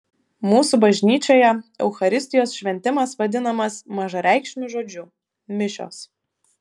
mūsų bažnyčioje eucharistijos šventimas vadinamas mažareikšmiu žodžiu mišios